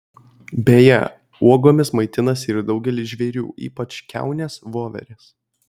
beje uogomis maitinasi ir daugelis žvėrių ypač kiaunės voverės